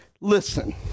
listen